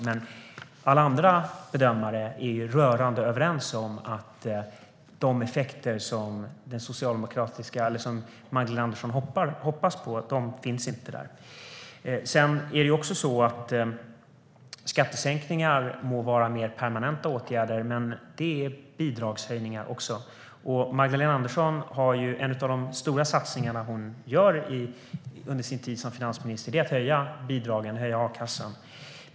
Men alla andra bedömare är rörande överens om att de effekter som Magdalena Andersson hoppas på inte finns. Skattesänkningar må vara mer permanenta åtgärder. Men det är bidragshöjningar också. En av de stora satsningar som Magdalena Andersson gör under sin tid som finansminister är att höja bidragen, höja a-kassan.